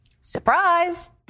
Surprise